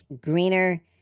greener